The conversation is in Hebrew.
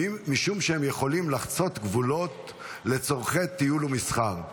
משום שהם יכולים לחצות גבולות לצורכי טיול ומסחר.